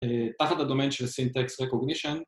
‫תחת הדומיין של Syntax recognition